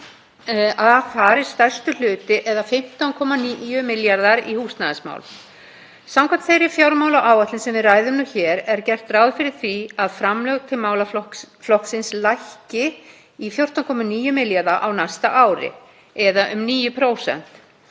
af fari stærstur hluti eða 15,9 milljarðar í húsnæðismál. Samkvæmt þeirri fjármálaáætlun sem við ræðum hér er gert ráð fyrir því að framlög til málaflokksins lækki í 14,9 milljarða á næsta ári eða um 9%